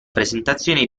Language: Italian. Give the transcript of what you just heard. presentazione